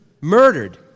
murdered